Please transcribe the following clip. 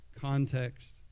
context